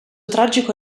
tragico